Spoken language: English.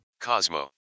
Cosmo